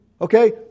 Okay